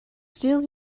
still